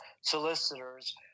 solicitors